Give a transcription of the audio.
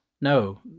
No